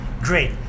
great